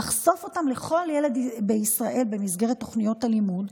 לחשוף אותם לכל ילד בישראל במסגרת תוכניות הלימוד.